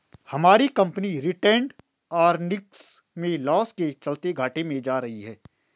हमारी company retained earnings में loss के चलते घाटे में जा रही है